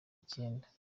icyenda